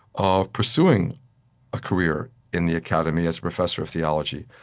of pursuing a career in the academy as a professor of theology.